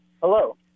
Hello